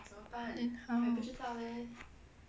then how